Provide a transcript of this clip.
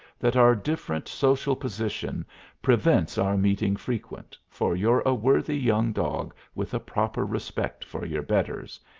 that our different social position prevents our meeting frequent, for you're a worthy young dog with a proper respect for your betters,